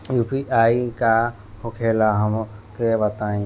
UPI का होखेला हमका बताई?